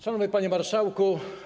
Szanowny Panie Marszałku!